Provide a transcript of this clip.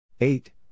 Eight